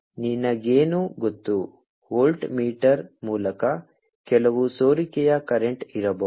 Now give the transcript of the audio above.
ನಿನಗೇನು ಗೊತ್ತು voltmeter ಮೂಲಕ ಕೆಲವು ಸೋರಿಕೆಯ ಕರೆಂಟ್ ಇರಬಹುದು